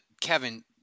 Kevin